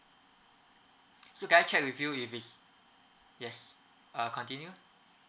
so can I check with you if it's yes uh continue